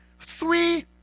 three